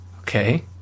Okay